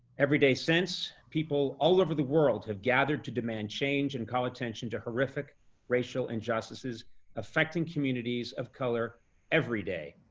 every day since, people all over the world have gathered to demand change and call attention to horrific racial injustices affecting communities of color every day.